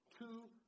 Two